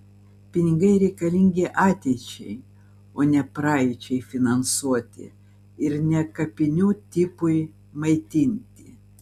pinigai reikalingi ateičiai o ne praeičiai finansuoti ir ne kapinių tipui maitinti